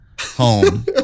home